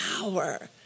power